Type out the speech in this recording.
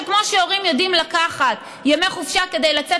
כמו שהורים יודעים לקחת ימי חופשה כדי לצאת